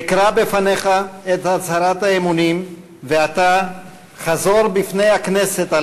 אקרא לפניך את הצהרת האמונים בפני הכנסת,